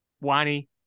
Wani